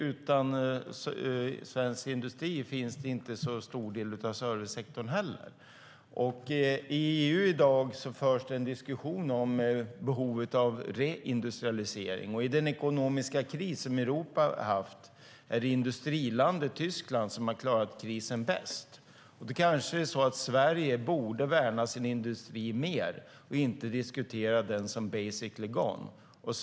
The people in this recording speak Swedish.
Utan svensk industri finns det inte en så stor del av servicesektorn heller. I EU i dag förs det en diskussion om behovet av reindustrialisering. I den ekonomiska kris som Europa har haft är det industrilandet Tyskland som har klarat krisen bäst. Sverige borde kanske värna sin industri mer och inte diskutera den som basically gone.